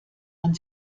man